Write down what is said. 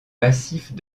massifs